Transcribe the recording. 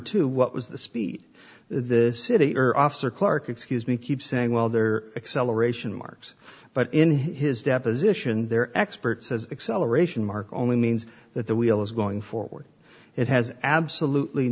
two what was the speed this city or officer clark excuse me keep saying well there acceleration marks but in his deposition their expert says acceleration mark only means that the wheel is going forward it has absolutely